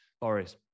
Boris